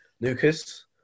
Lucas